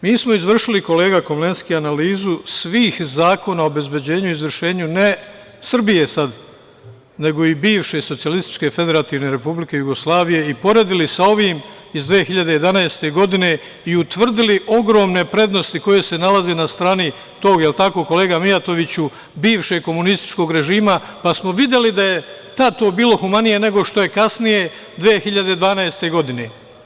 Mi smo izvršili kolega Komlenski analizu svih zakona obezbeđenju izvršenju, ne Srbije sada, nego i bivše SFRJ i poredili sa ovim iz 2011. godine i utvrdili ogromne prednosti koje se nalaze na strani tog, jel tako kolega Mijatoviću, bivšeg komunističkog režima, pa smo videli da je tada to bilo humanije nego što je kasnije 2012. godine.